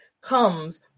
comes